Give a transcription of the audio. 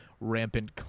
rampant